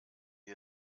wir